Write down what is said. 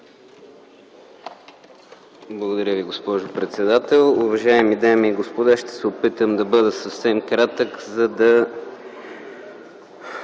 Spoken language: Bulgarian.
Благодаря Ви, госпожо председател. Уважаеми дами и господа, ще се опитам да бъда съвсем кратък, за да